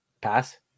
pass